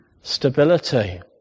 stability